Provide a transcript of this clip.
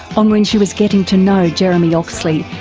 on when she was getting to know jeremy oxley,